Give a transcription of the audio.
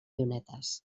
llunetes